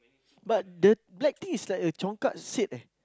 but the black thing is like a congkak seed eh